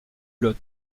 lot